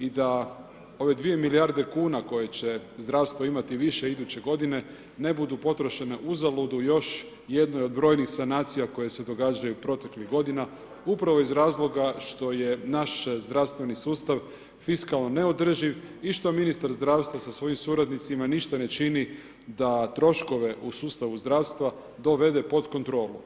i da ovdj2e 2 milijarde kuna koje će zdravstvo imati više iduće godine, ne budu potrošene uzaludno u još jednoj od brojnih sanacija koje se događaju proteklih godina, upravo iz razloga što je naš zdravstveni sustav fiskalno neodrživ i što ministar zdravstva sa svojim suradnicima ništa ne čini da troškove u sustavu zdravstva dovede pod kontrolu.